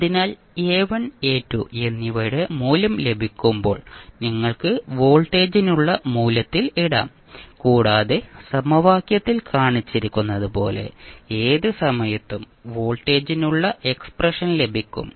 അതിനാൽ A1 A2 എന്നിവയുടെ മൂല്യം ലഭിക്കുമ്പോൾ നിങ്ങൾക്ക് വോൾട്ടേജിനുള്ള മൂല്യത്തിൽ ഇടാം കൂടാതെ സമവാക്യത്തിൽ കാണിച്ചിരിക്കുന്നതുപോലെ ഏത് സമയത്തും വോൾട്ടേജിനുള്ള എക്സ്പ്രഷൻ ലഭിക്കും